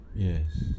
yes